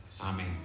Amen